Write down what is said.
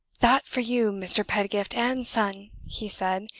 that for you, mr. pedgift and son! he said,